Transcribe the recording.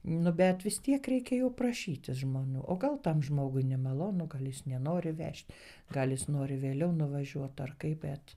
nu bet vis tiek reikia jau prašytis žmonių o gal tam žmogui nemalonu gal jis nenori vežt gal jis nori vėliau nuvažiuot ar kaip bet